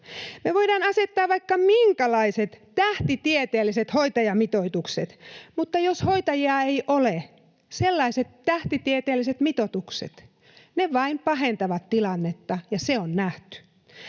Me voidaan asettaa vaikka minkälaiset tähtitieteelliset hoitajamitoitukset, mutta jos hoitajia ei ole, sellaiset tähtitieteelliset mitoitukset vain pahentavat tilannetta, ja se on nähty.